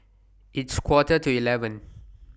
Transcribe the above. its Quarter to eleven